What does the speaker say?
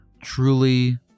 truly